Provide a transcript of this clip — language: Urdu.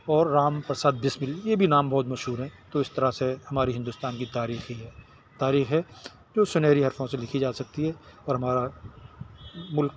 اور رام پرساد بسمل یہ بھی نام بہت مشہور ہیں تو اس طرح سے ہماری ہندوستان کی تاریخی ہے تاریخ ہے جو سنہری حرفوں سے لکھی جا سکتی ہے اور ہمارا ملک